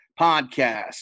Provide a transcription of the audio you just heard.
podcast